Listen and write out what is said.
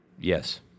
Yes